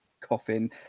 coffin